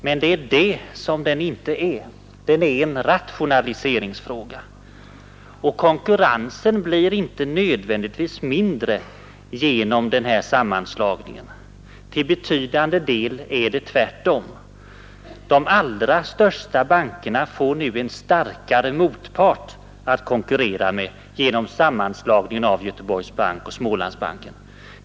Men det är det som den inte är, den är en rationaliseringsfråga. Konkurrensen blir inte nödvändigtvis mindre genom den här sammanslagningen. Till betydande del är det tvärtom. De allra största bankerna får nu en starkare motpart att konkurrera med genom sammanslagningen av Göteborgs bank och Smålands bank.